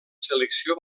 selecció